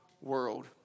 world